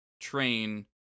train